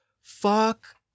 Fuck